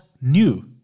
new